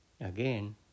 Again